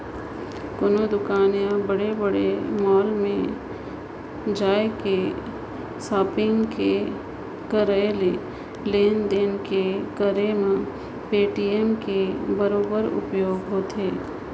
कोनो दुकान या बड़े बड़े मॉल में जायके सापिग के करई लेन देन के करे मे पेटीएम के बरोबर उपयोग होथे